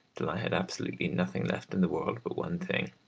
till i had absolutely nothing left in the world but one thing.